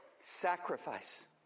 sacrifice